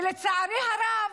ולצערי הרב,